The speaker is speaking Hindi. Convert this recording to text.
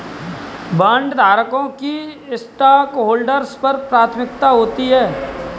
बॉन्डधारकों की स्टॉकहोल्डर्स पर प्राथमिकता होती है